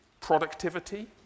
productivity